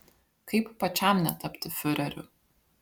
kaip pačiam netapti fiureriu